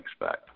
expect